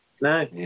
No